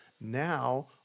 Now